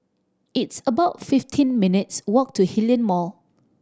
it's about fifteen minutes' walk to Hillion Mall